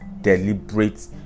deliberate